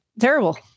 Terrible